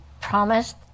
promised